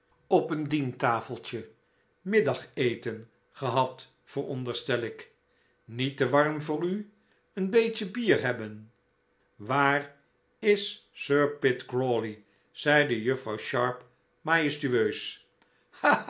op een dientafeltje middageten gehad veronderstel ik niet te warm voor u een beetje bier hebben waar is sir pitt crawley zeide juffrouw sharp majestueus